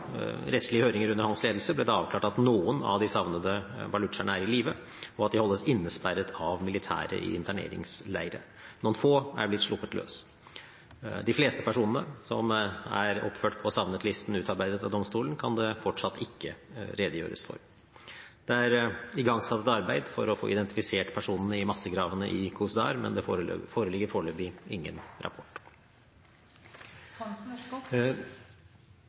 rettslige høringer under hans ledelse ble det avklart at noen av de savnede balutsjerne er i live, og at de holdes innesperret av militæret i interneringsleirer. Noen få er blitt sluppet løs. De fleste personene som er oppført på savnet-listen utarbeidet av domstolen, kan det fortsatt ikke redegjøres for. Det er igangsatt et arbeid for å få identifisert personene i massegravene i Khuzdar, men det foreligger foreløpig ingen rapport.